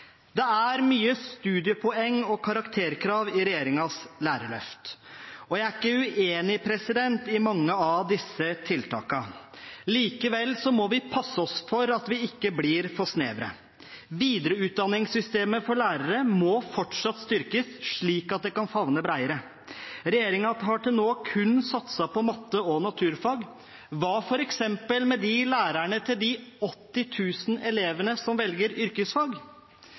Det er mye studiepoeng og karakterkrav i regjeringens lærerløft. Jeg er ikke uenig i mange av disse tiltakene. Likevel må vi passe oss for at vi ikke blir for snevre. Videreutdanningssystemet for lærere må fortsatt styrkes, slik at det kan favne bredere. Regjeringen har til nå kun satset på matte og naturfag. Hva f.eks. med lærerne til de 80 000 elevene som velger yrkesfag?